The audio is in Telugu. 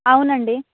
అవునండి